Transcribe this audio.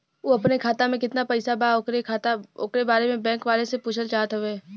उ अपने खाते में कितना पैसा बा ओकरा बारे में बैंक वालें से पुछल चाहत हवे?